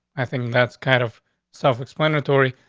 i think that's kind of self explanatory,